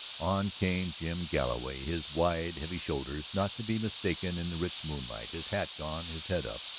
on came jim galloway, his wide, heavy shoulders not to be mistaken in the rich moonlight, his hat gone, his head up,